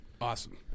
awesome